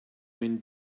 when